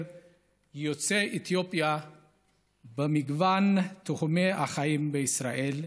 יוצאי אתיופיה במגוון תחומי החיים בישראל,